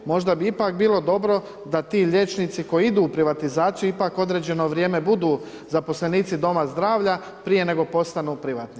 Možda bi ipak bilo dobro da ti liječnici koji idu u privatizaciju ipak određeno vrijeme budu zaposlenici doma zdravlja prije nego postanu privatnici.